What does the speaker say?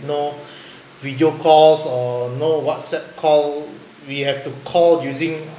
no video calls or no whatsapp call we have to call using